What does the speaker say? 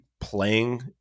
playing